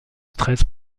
stress